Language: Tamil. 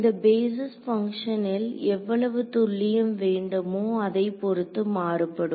இந்த பேஸிஸ் பங்ஷனில் எவ்வளவு துல்லியம் வேண்டுமோ அதைப் பொறுத்து மாறுபடும்